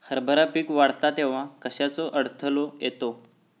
हरभरा पीक वाढता तेव्हा कश्याचो अडथलो येता?